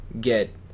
get